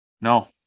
No